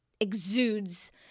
Exudes